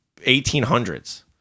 1800s